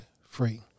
free